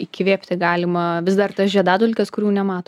įkvėpti galima vis dar tas žiedadulkes kurių nemato